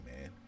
man